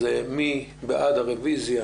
אז מי בעד הרוויזיה?